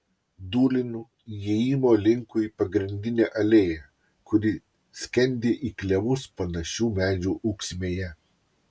dūlinu įėjimo linkui pagrindine alėja kuri skendi į klevus panašių medžių ūksmėje